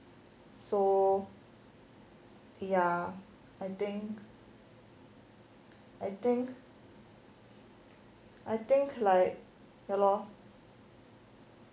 so ya I think I think I think like ya lor